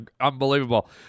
unbelievable